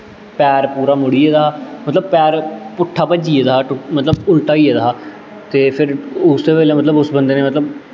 पैर पूरा मुड़ी गेदा हा मतलब पैर पुट्ठा भज्जी गेदा हा टु मतलब उल्टा होई गेदा हा ते फिर उस बेल्लै मतलब उस बंदे ने मतलब